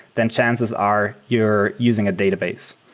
then chances are you're using a database.